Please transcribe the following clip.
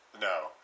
No